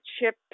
chip